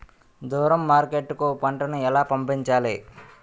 దూరం మార్కెట్ కు పంట ను ఎలా పంపించాలి?